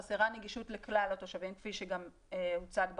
חסרה נגישות לכלל התושבים כפי שגם הוצג במחקר,